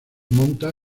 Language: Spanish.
monta